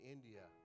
India